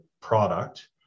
product